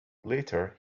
later